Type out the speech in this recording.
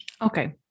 Okay